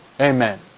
Amen